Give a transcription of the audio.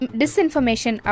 disinformation